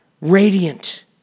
radiant